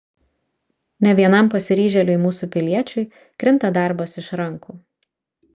ne vienam pasiryžėliui mūsų piliečiui krinta darbas iš rankų